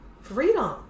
Freedom